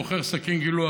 מוכר סכין גילוח.